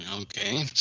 Okay